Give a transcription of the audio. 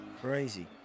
Crazy